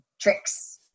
tricks